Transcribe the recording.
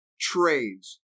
trades